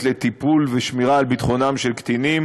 לטיפול ולשמירה על ביטחונם של קטינים